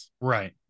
Right